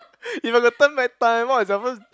if you got to turn back time what was your first